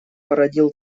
породил